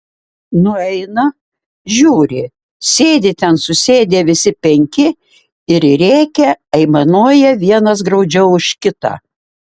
nueina žiūri sėdi ten susėdę visi penki ir rėkia aimanuoja vienas graudžiau už kitą